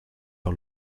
par